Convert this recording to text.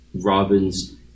Robin's